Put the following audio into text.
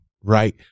right